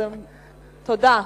תודה.